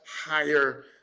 higher